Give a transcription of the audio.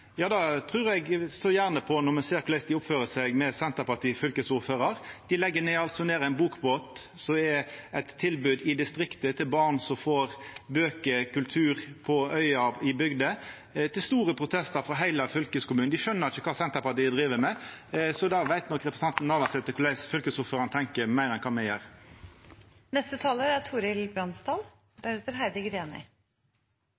Det trur eg gjerne på når me ser korleis dei oppfører seg med Senterparti-fylkesordførar. Dei legg altså ned ein bokbåt, som er eit tilbod i distriktet til barn som får bøker og kultur på øyar og i bygder, til store protestar frå heile fylkeskommunen. Dei skjønar ikkje kva Senterpartiet driv med. Det veit nok representanten Navarsete meir om, korleis fylkesordførarane tenkjer, enn kva me